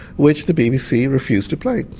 which the bbc refused to play.